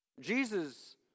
Jesus